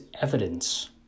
evidence